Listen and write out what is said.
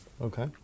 Okay